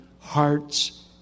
hearts